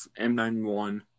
M91